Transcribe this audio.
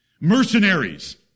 mercenaries